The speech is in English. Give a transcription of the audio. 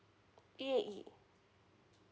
E_A_E